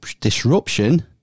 disruption